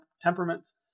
temperaments